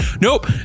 Nope